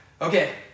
Okay